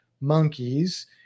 monkeys